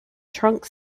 trunk